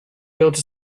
built